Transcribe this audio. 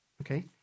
Okay